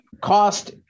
cost